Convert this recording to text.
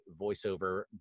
voiceover